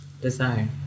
desire